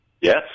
Yes